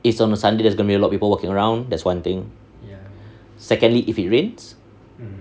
it's on the sunday there's going to be a lot of people walking around that's one thing secondly if it rains